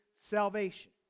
salvation